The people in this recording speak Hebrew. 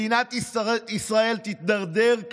מדינת ישראל תידרדר,